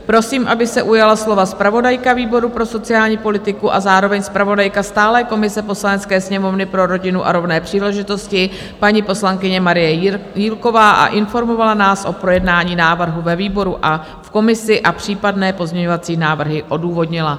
Prosím, aby se ujala slova zpravodajka výboru pro sociální politiku a zároveň zpravodajka stálé komise Poslanecké sněmovny pro rodinu a rovné příležitosti, paní poslankyně Marie Jílková, a informovala nás o projednání návrhu ve výboru a v komisi a případné pozměňovací návrhy odůvodnila.